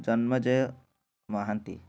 Janmajay Mohanty